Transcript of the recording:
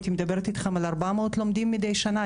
הייתי מדברת אתכם על 400 לומדים מדי שנה,